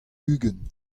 ugent